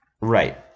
Right